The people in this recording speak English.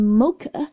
mocha